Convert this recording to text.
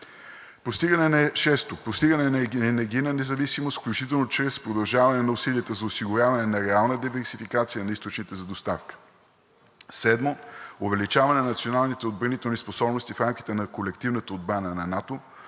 6. Постигане на енергийна независимост, включително чрез продължаване на усилията за осигуряване на реална диверсификация на източника за доставка. 7. Увеличаване на националните отбранителни способности в рамките на колективната отбрана на НАТО,